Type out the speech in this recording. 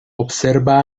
observa